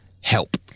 help